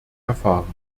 erfahren